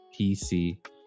PC